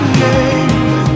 name